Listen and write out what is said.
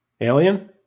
Alien